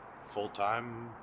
full-time